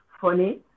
funny